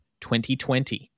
2020